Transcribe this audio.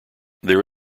there